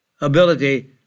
ability